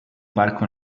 parco